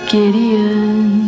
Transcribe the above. Gideon